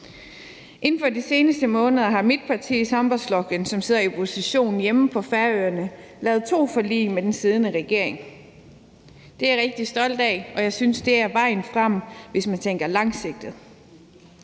Inden for de seneste måneder har mit parti, Sambandsflokkurin, som sidder i opposition hjemme på Færøerne, lavet to forlig med den siddende regering. Det er jeg rigtig stolt af, og jeg synes, at det er vejen frem, hvis man tænker langsigtet.